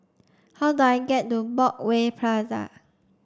how do I get to Broadway Plaza